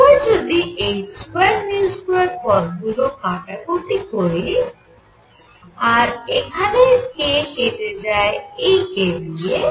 এবার যদি h22 পদগুলি কাটাকুটি করি আর এখানের k কেটে যায় এই k দিয়ে